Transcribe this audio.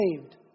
saved